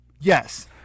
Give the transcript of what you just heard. Yes